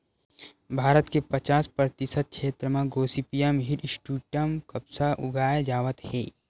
भारत के पचास परतिसत छेत्र म गोसिपीयम हिरस्यूटॅम कपसा उगाए जावत हे